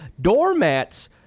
doormats